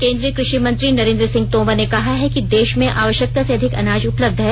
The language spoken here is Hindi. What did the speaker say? केन्द्रीय कृषि मंत्री नरेन्द्र सिंह तोमर ने कहा है कि देश में आवश्यकता से अधिक अनाज उपलब्ध है